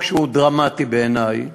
שהוא דרמטי בעיני,